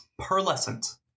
pearlescent